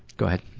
go ahead.